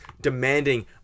demanding